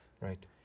Right